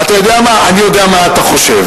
אתה יודע מה, אני יודע מה אתה חושב.